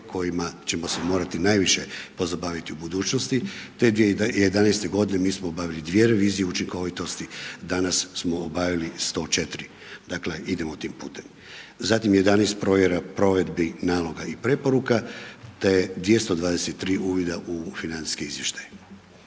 kojima ćemo se morati najviše pozabaviti u budućnosti. Te 2011. godine mi smo obavili 2 revizije učinkovitosti, danas smo obavili 104, dakle idemo tim putem. Zatim 11 provjera provedbi naloga i preporuka te 223 uvida u financijski izvještaj.